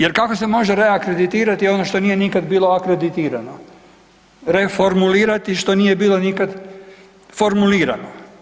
Jer kako se može reakreditirati ono što nije nikad bilo akreditirano, reforumulirati što nije bilo nikad formulirano?